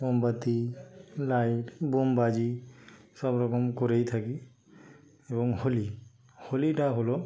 মোমবাতি লাইট বোম বাজি সব রকম করেই থাকি এবং হোলি হোলিটা হলো